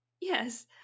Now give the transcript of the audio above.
Yes